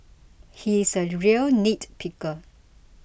he is a real nitpicker